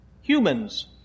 Humans